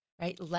right